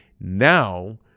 now